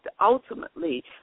ultimately